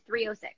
306